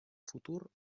futur